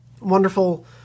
wonderful